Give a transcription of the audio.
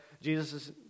Jesus